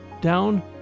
down